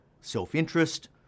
self-interest